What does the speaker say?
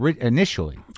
initially